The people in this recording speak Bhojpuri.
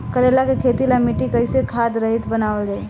करेला के खेती ला मिट्टी कइसे खाद्य रहित बनावल जाई?